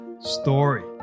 story